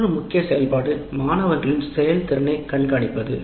மற்றொரு முக்கிய செயல்பாடு மாணவர்களின் செயல்திறனைக் கண்காணிப்பது